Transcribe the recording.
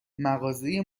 مغازه